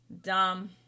Dumb